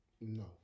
no